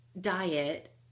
diet